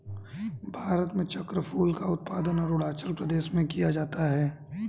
भारत में चक्रफूल का उत्पादन अरूणाचल प्रदेश में किया जाता है